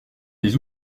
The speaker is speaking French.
les